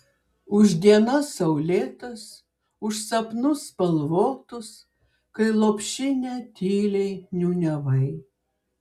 už dienas saulėtas už sapnus spalvotus kai lopšinę tyliai niūniavai